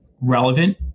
relevant